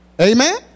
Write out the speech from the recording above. Amen